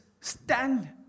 stand